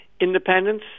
independence